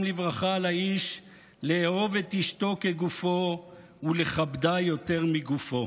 לברכה על האיש לאהוב את אשתו כגופו ולכבדה יותר מגופו.